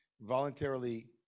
voluntarily